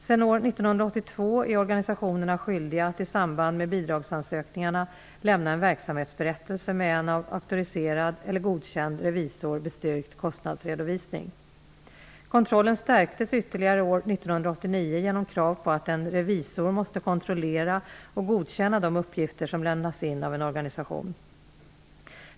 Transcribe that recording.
Sedan år 1982 är organisationerna skyldiga att i samband med bidragsansökningarna lämna en verksamhetsberättelse med en av auktoriserad eller godkänd revisor bestyrkt kostnadsredovisning. Kontrollen stärktes ytterligare år 1989 genom krav på att en revisor måste kontrollera och godkänna de uppgifter som lämnas in av en organisation.